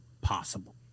possible